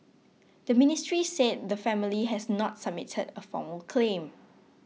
the ministry said the family has not submitted a formal claim